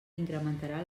incrementarà